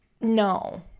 no